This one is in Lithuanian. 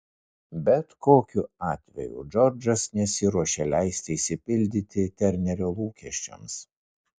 bet kokiu atveju džordžas nesiruošė leisti išsipildyti ternerio lūkesčiams